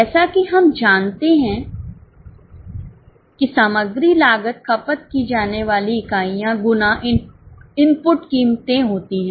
जैसा कि हम जानते हैं कि सामग्री लागत खपत की जाने वाली इकाइयां गुना इनपुट कीमतें होती हैं